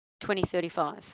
2035